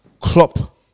Klopp